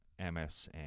msn